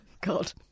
God